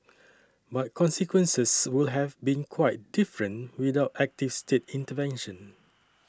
but consequences would have been quite different without active state intervention